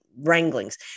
Wranglings